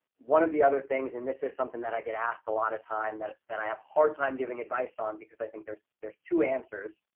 one of the other things, and this is something that i get asked a lot of time, that that i have hard time giving advice on, because i think there's there's two answers,